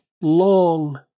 long